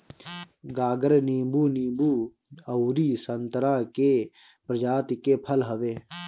गागर नींबू, नींबू अउरी संतरा के प्रजाति के फल हवे